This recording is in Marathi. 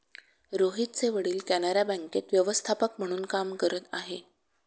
रोहितचे वडील कॅनरा बँकेत व्यवस्थापक म्हणून काम करत आहे